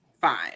fine